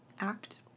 Act